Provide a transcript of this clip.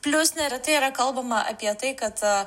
plius neretai yra kalbama apie tai kad